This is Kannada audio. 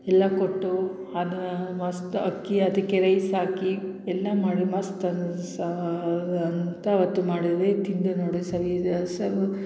ಎಲ್ಲ ಕೊಟ್ಟು ಅದೇ ಮಸ್ತು ಅಕ್ಕಿ ಅದಕ್ಕೆ ರೈಸ್ ಹಾಕಿ ಎಲ್ಲ ಮಾಡಿ ಮಸ್ತ್ ಅದು ಸಹ ಅಂತ ಆವತ್ತು ಮಾಡೀವಿ ತಿಂದು ನೋಡಿ ಸರಿ ಇದೆಯಾ ಸವು